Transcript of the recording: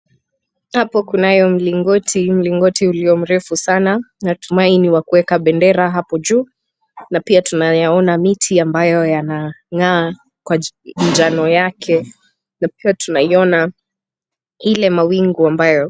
Hapo kunayo mlingoti, mlingoti ulio mrefu sana. Natumai ni wa kuweka bendera hapo juu. Na pia tunaona miti ambayo yana ngaa kwa njano yake. Na pia tunaiona ile mawingu ambayo.